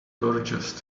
gorgeous